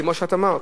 כמו שאת אמרת.